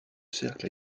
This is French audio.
cercle